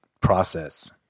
process